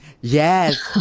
Yes